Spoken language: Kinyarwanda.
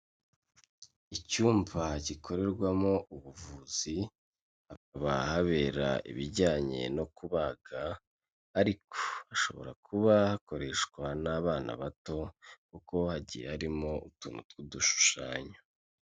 Icyumba gikorerwamo ubuvuzi hakaba habera ibijyanye no kubaga, ariko hashobora kuba hakoreshwa n'abana bato kuko hagiye harimo utuntu tw'udushushanyo.